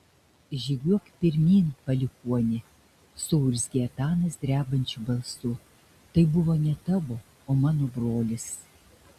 žygiuok pirmyn palikuoni suurzgė etanas drebančiu balsu tai buvo ne tavo o mano brolis